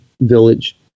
village